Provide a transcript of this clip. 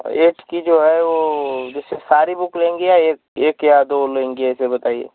eighth की जो है वो सारी बुक लेंगी या एक एक या दो लेंगी ऐसे बताइये